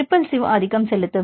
repulsive ஆதிக்கம் செலுத்தும்